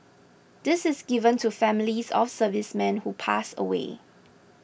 this is given to families of servicemen who pass away